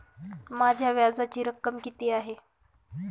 माझ्या व्याजाची रक्कम किती आहे?